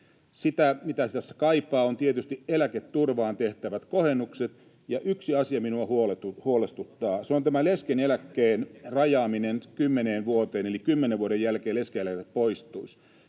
mitä itse asiassa kaipaan, on tietysti eläketurvaan tehtävät kohennukset, ja yksi asia minua huolestuttaa. Se on tämä leskeneläkkeen rajaaminen kymmeneen vuoteen, eli kymmenen vuoden jälkeen leskeneläke poistuisi.